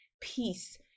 peace